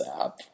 app